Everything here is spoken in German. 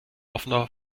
offenbar